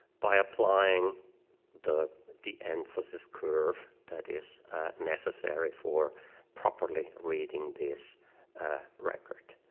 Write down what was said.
by applying the the emphasis curve that is necessary for properly reading this record.